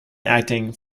acting